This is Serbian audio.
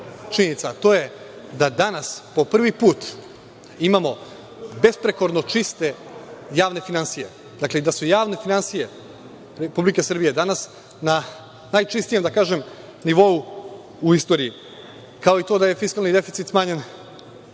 činjenica, a to je da danas prvi put imamo besprekorno čiste javne finansije i da su javne finansije Republike Srbije danas na najčistijem, da kažem, nivou u istoriji, kao i to da je fiskalni deficit smanjen